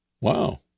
Wow